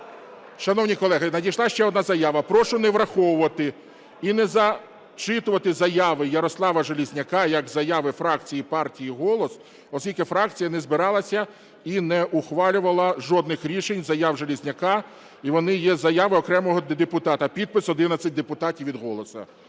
Шановні колеги, надійшла ще одна заява. "Прошу не враховувати і не зачитувати заяви Ярослава Железняка як заяви фракції партії "Голос", оскільки фракція не збиралася і не ухвалювала жодних рішень заяв Железняка, і вони є заявами окремого депутата. Підпис: 11 депутатів від "Голосу".